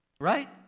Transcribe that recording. Right